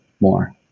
more